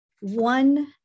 one